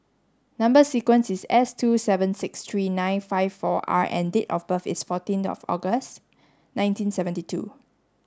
number sequence is S two seven six three nine five four R and date of birth is fourteenth of August nineteen seventy two